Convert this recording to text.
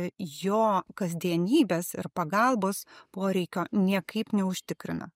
jo kasdienybės ir pagalbos poreikio niekaip neužtikrina